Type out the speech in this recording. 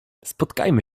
spotkajmy